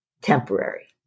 temporary